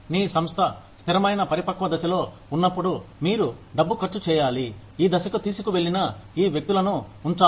నీ సంస్థ స్థిరమైన పరిపక్వ దశలో ఉన్నప్పుడు మీరు డబ్బు ఖర్చు చేయాలి ఈ దశకు తీసుకువెళ్ళిన ఈ వ్యక్తులను ఉంచాలి